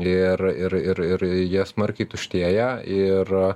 ir ir ir ir jie smarkiai tuštėja ir